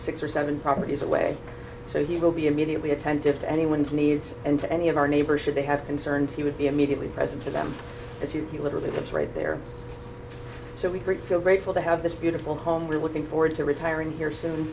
six or seven properties away so he will be immediately attentive to anyone's needs and to any of our neighbors should they have concerns he would be immediately present to them as he literally lives right there so we greet feel grateful to have this beautiful home we're looking forward to retiring here soon